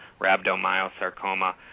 rhabdomyosarcoma